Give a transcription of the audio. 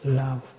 love